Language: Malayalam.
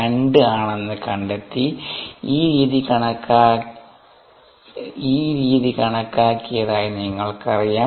2 ആണെന്ന് കണ്ടെത്തി ഈ രീതി കണക്കാക്കിയതായി നിങ്ങൾക്കറിയാം